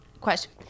question